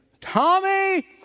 Tommy